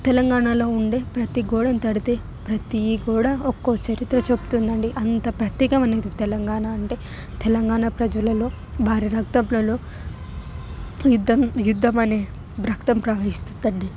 తెలంగాణలో ఉండే ప్రతి గోడని తడితే ప్రతీ గోడ ఒక్కో చరిత్ర చెపుతుందండి అంత ప్రత్యేకమైనది తెలంగాణ అంటే తెలంగాణ ప్రజలలో భారీ రక్తపులలో యుద్ధం యుద్ధం అనే రక్తం ప్రవహిస్తుందండి